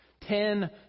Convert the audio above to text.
Ten